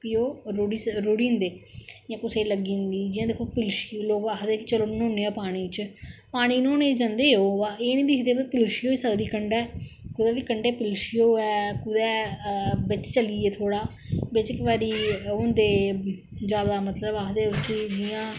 कि ओह् रुढ़ी जंदे कुसै गी लग्गी जंदी जियां दिक्खो किश लोक आक्खदे के चलो नहोने हां पानी च पानी नहोने च जंदे ओह् बा एह् नेईं दिक्खदे कि पिलशी होई सकदी कंढै कोह्दे बी कंढै पिलशी होवे कुदे बिच चली गे थोह्ड़ा बिच केंई बारी ओह् होंदे ज्यादा मतलब आक्खदे उसी जियां